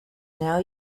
now